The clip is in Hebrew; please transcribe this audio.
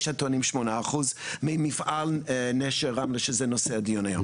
יש הטוענים שמונה אחוז ממפעל נשר רמלה שזה נושא הדיון היום.